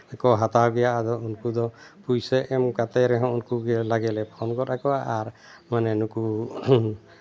ᱦᱟᱛᱟᱣ ᱜᱮᱭᱟ ᱟᱫᱚ ᱩᱱᱠᱩ ᱫᱚ ᱯᱩᱭᱥᱟᱹ ᱮᱢ ᱠᱟᱛᱮ ᱨᱮᱦᱚᱸ ᱩᱱᱠᱩ ᱜᱮᱞᱮ ᱯᱷᱳᱱ ᱜᱚᱫ ᱟᱠᱚᱣᱟ ᱟᱨ ᱢᱟᱱᱮ ᱱᱩᱠᱩ